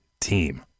team